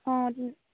অঁ